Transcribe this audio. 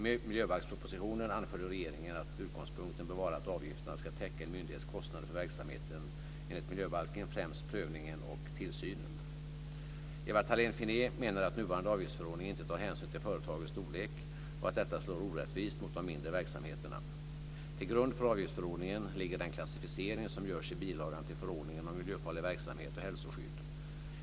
I miljöbalkspropositionen anförde regeringen att utgångspunkten bör vara att avgifterna ska täcka en myndighets kostnader för verksamhet enligt miljöbalken, främst prövningen och tillsynen. Ewa Thalén Finné menar att nuvarande avgiftsförordning inte tar hänsyn till företagens storlek och att detta slår orättvist mot de mindre verksamheterna. Till grund för avgiftsförordningen ligger den klassificering som görs i bilagan till förordningen om miljöfarlig verksamhet och hälsoskydd.